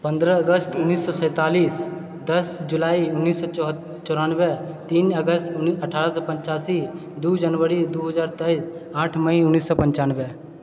पन्द्रह अगस्त उनैस सए सेतालीस दश जुलाइ उन्नैस सए चौह चौरानबे तीन अगस्त उनी अठारह सए पचासी दू जनवरी दू हजार तेइस आठ मइ उन्नैस सए पञ्चानबे